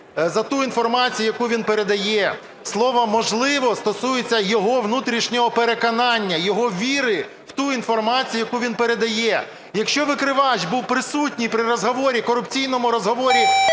за ту інформацію, яку він передає. Слово "можливо" стосується його внутрішнього переконання, його віри в ту інформацію, яку він передає. Якщо викривач був присутній при розмові, корупційній розмові